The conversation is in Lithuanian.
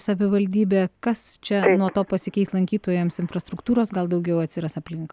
savivaldybė kas čia nuo to pasikeis lankytojams infrastruktūros gal daugiau atsiras aplink